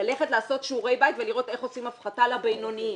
ללכת לעשות שיעורי בית ולראות איך עושים הפחתה לבינוניים,